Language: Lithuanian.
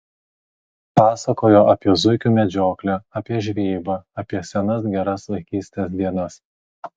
pasakojo apie zuikių medžioklę apie žvejybą apie senas geras vaikystės dienas